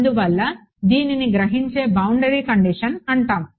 అందువల్ల దీనిని గ్రహించే బౌండరీ కండిషన్ అంటాము